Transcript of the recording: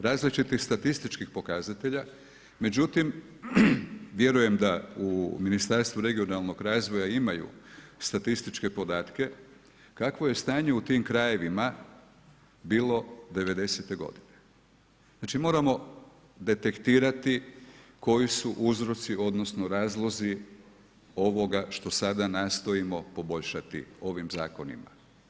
Različitih statističkih pokazatelja, međutim vjerujem da u Ministarstvu regionalnog razvoja imaju statističke podatke kakvo je stanje u tim krajevima bilo '90. moramo detektirati koji su uzroci, odnosno razlozi ovoga što sada nastojimo poboljšati ovim zakonima.